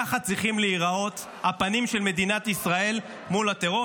כך צריכים להיראות הפנים של מדינת ישראל מול הטרור.